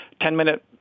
Ten-minute